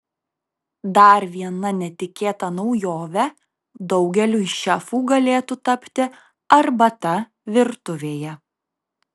dar viena netikėta naujove daugeliui šefų galėtų tapti arbata virtuvėje